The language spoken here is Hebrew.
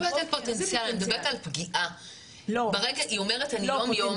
אני לא מדברת על פוטנציאל, אני מדברת על פגיעה.